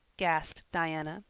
gasped diana,